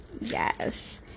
yes